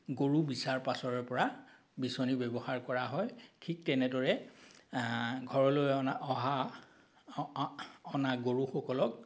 গৰু বিচাৰ পাছৰে পৰা বিচনী ব্য়ৱহাৰ কৰা হয় ঠিক তেনেদৰে ঘৰলৈ অনা অহা অনা গৰুসকলক